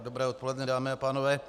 Dobré odpoledne, dámy a pánové.